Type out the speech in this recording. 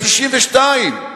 ב-1992.